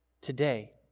today